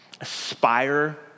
aspire